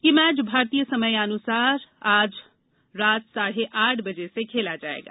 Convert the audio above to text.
यह मैच भारतीय समयानुसार आज रात साढ़े आठ बजे से खेला जाएगा